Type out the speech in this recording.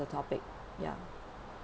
the topic ya